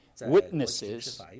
witnesses